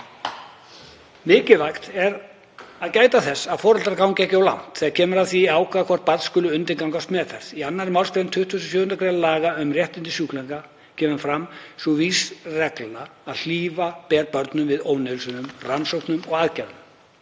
Mikilvægt er að gæta þess að foreldrar gangi ekki of langt þegar kemur að því að ákveða hvort barn skuli undirgangast meðferð. Í 2. mgr. 27. gr. laga um réttindi sjúklinga kemur fram sú vísiregla að hlífa beri börnum við ónauðsynlegum rannsóknum og aðgerðum.